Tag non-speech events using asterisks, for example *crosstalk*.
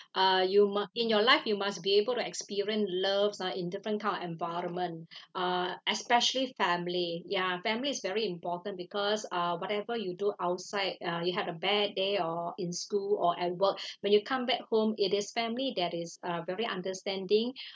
uh you mu~ in your life you must be able to experience loves ah in different kind of environment *breath* uh especially family ya family is very important because uh whatever you do outside uh you had a bad day or in school or at work *breath* when you come back home it is family that is uh very understanding *breath*